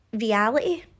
reality